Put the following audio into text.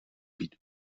být